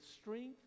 strength